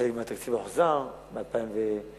חלק מהתקציב הוחזר ב-2009,